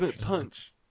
punch